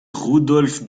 rudolph